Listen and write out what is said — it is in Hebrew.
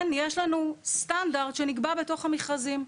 ולכן, יש לנו סטנדרט שנקבע בתוך המכרזים,